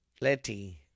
Letty